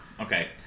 Okay